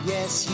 Yes